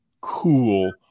cool